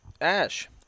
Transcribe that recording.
ash